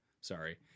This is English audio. Sorry